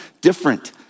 different